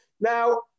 Now